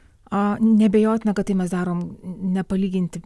a neabejotina kad tai mes darom nepalyginti